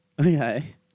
Okay